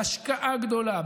בהשקעה גדולה,